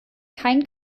kein